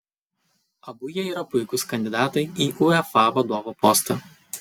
abu jie yra puikūs kandidatai į uefa vadovo postą